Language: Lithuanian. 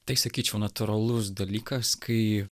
tai sakyčiau natūralus dalykas kai